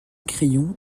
crayon